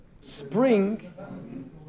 spring